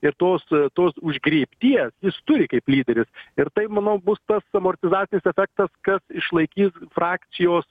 ir tos tos užgriebties jis turi kaip lyderis ir tai manau bus tas amortizacinis efektas kas išlaikys frakcijos